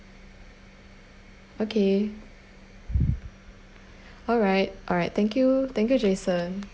okay alright alright thank you thank you jason